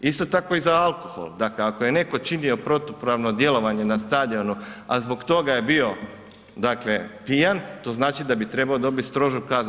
Isto tako i za alkohol, dakle ako je netko činio protupravno djelovanje na stadionu, a zbog toga je bio dakle pijan, to znači da bi trebao dobiti strožu kaznu.